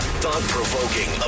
thought-provoking